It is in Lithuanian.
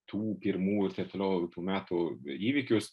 tų pirmų ir taip toliau tų metų įvykius